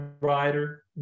writer